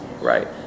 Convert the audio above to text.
right